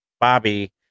bobby